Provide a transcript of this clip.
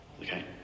okay